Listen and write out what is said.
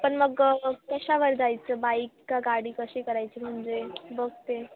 पण मग कशावर जायचं बाईक का गाडी कशी करायची म्हणजे बघ ते